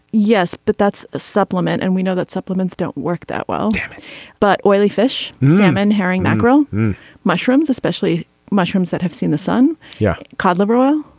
yes. but that's a supplement. and we know that supplements don't work that well but oily fish and salmon herring mackerel mushrooms especially mushrooms that have seen the sun. yes. yeah cod liver oil.